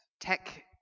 Tech